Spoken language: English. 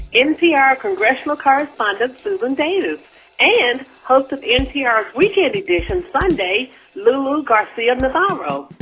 npr congressional correspondent susan davis and host of npr's weekend edition sunday lulu garcia-navarro.